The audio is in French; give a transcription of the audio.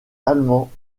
allemands